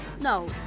No